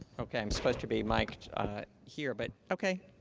ok. i'm supposed to be miked here. but, ok.